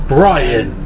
Brian